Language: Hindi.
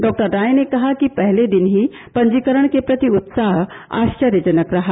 डॉक्टर राय ने कहा कि पहले दिन ही पंजीकरण के प्रति उत्साह आश्चर्यजनक रहा